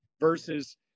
Versus